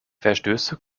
verstöße